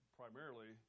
primarily